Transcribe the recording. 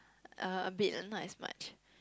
uh a bit lah not as much